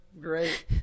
Great